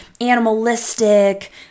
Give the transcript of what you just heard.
animalistic